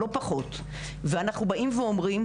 לא פחות ואנחנו באים ואומרים,